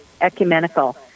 ecumenical